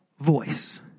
voice